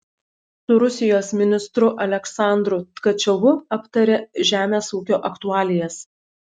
su rusijos ministru aleksandru tkačiovu aptarė žemės ūkio aktualijas